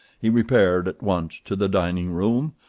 he repaired at once to the dining-room,